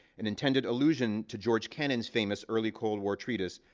an intended allusion to george kennan's famous early cold war treatise,